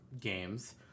games